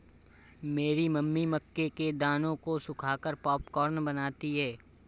मेरी मम्मी मक्के के दानों को सुखाकर पॉपकॉर्न बनाती हैं